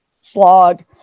slog